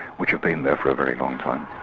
which have been there for a very long time.